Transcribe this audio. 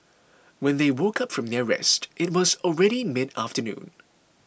when they woke up from their rest it was already mid afternoon